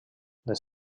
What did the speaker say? les